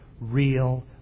real